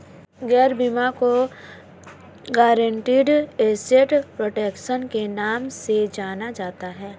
gap बीमा को guaranteed asset protection के नाम से जाना जाता है